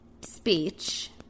speech